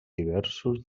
diversos